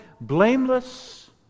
blameless